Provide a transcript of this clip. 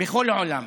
בכל העולם.